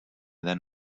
than